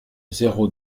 zéro